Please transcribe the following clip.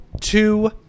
two